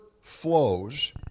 flows